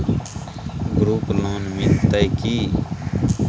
Group loan मिलतै की?